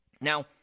Now